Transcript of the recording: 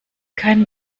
keinen